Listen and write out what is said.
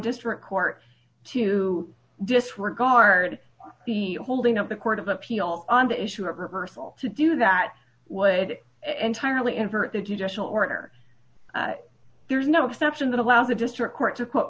district court to disregard the holding of the court of appeal on the issue of reversal to do that would entirely invert the judicial order there's no exception that allows a district court to